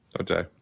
Okay